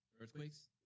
Earthquakes